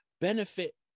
benefit